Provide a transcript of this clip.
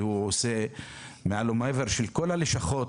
על שהוא עושה מעל ומעבר ושל כל הלשכות.